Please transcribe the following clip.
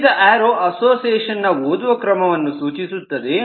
ತುಂಬಿದ arrow association ನ ಓದುವ ಕ್ರಮವನ್ನು ಸೂಚಿಸುತ್ತದೆ